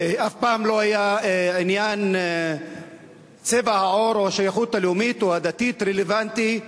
אף פעם לא היה עניין צבע העור או השייכות הלאומית או הדתית רלוונטי,